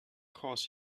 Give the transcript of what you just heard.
course